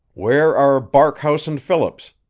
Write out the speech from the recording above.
where are barkhouse and phillips?